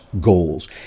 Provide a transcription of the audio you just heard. goals